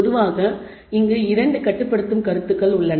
பொதுவாக இங்கு 2 கட்டுப்படுத்தும் கருத்துக்கள் உள்ளன